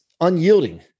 unyielding